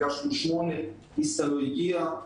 נפגשנו עם שמונה איסתא לא הגיעה.